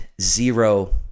zero